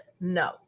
No